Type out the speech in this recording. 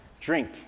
drink